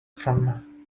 from